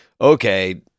okay